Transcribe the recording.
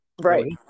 Right